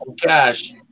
cash